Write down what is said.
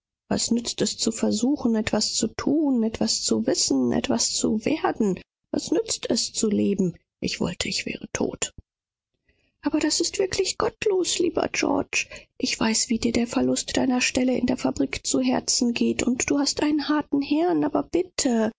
was nützt es daß man sich mühe giebt etwas zu verrichten etwas zu lernen etwas zu sein wozu nützt das ganze leben ich wollte ich wäre todt o lieber georg aber das ist wahrhaftig sündlich ich weiß wie sehr es dich schmerzt daß du deinen platz in der fabrik verloren hast und daß du einen harten herrn hast aber bitte